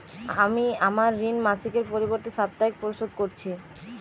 আমি আমার ঋণ মাসিকের পরিবর্তে সাপ্তাহিক পরিশোধ করছি